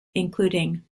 including